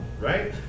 right